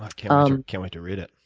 i um can't wait to read it.